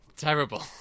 Terrible